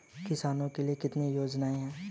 किसानों के लिए कितनी योजनाएं हैं?